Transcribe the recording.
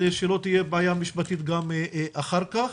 כדי שלא תהיה בעיה משפטית גם אחר כך